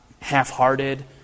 half-hearted